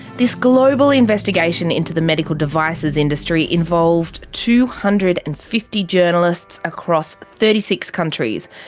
this global investigation into the medical devices industry involved two hundred and fifty journalists across thirty six countries,